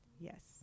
Yes